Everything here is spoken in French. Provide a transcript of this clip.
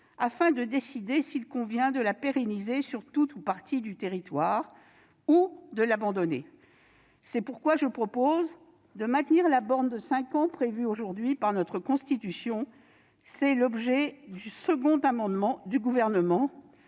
afin de décider s'il convient de la pérenniser sur tout ou partie du territoire ou de l'abandonner. C'est pourquoi je propose de maintenir la borne de cinq ans prévue aujourd'hui par notre Constitution. Tel est l'objet du second amendement du Gouvernement,